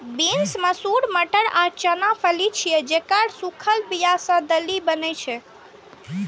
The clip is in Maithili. बीन्स, मसूर, मटर आ चना फली छियै, जेकर सूखल बिया सं दालि बनै छै